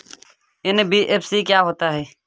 NBFC क्या होता है?